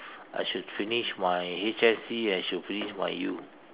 I should finish my H_S_C I should finish my U